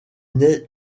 naît